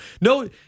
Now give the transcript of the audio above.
no